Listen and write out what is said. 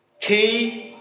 Key